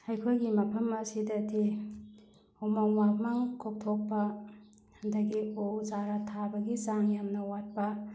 ꯑꯩꯈꯣꯏꯒꯤ ꯃꯐꯝ ꯑꯁꯤꯗꯗꯤ ꯎꯃꯪ ꯋꯥꯃꯪ ꯀꯣꯛꯊꯣꯛꯄ ꯑꯗꯒꯤ ꯎ ꯆꯥꯔꯥ ꯊꯥꯕꯒꯤ ꯆꯥꯡ ꯌꯥꯝꯅ ꯋꯥꯠꯄ